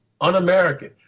un-American